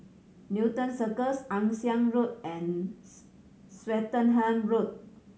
Newton Cirus Ann Siang Road and Swettenham Road